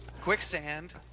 quicksand